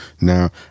Now